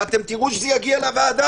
ואתם תראו שזה יגיע לוועדה,